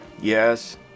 yes